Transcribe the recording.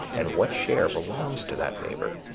and what share belongs to that neighbor.